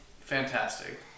fantastic